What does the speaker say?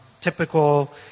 Typical